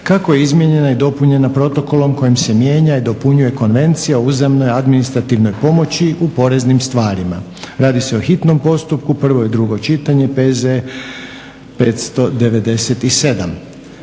kako je izmijenjena i dopunjena Protokolom kojim se mijenja i dopunjuje Konvencija o uzajamnoj administrativnoj pomoći u poreznim stvarima, hitni postupak, prvo i drugo čitanje, PZ br.